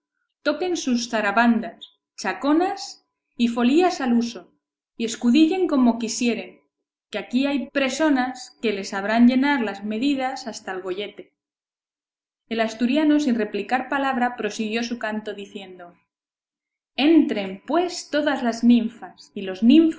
toquen sus zarabandas chaconas y folías al uso y escudillen como quisieren que aquí hay presonas que les sabrán llenar las medidas hasta el gollete el asturiano sin replicar palabra prosiguió su canto diciendo entren pues todas las ninfas y los